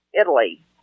Italy